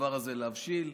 הדבר להבשיל,